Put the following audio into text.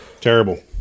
Terrible